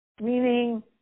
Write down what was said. Meaning